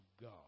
God